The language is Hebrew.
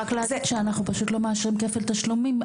רק להגיד שאנחנו פשוט לא מאשרים כפל תשלומים.